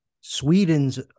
Sweden's